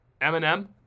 Eminem